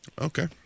Okay